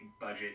budget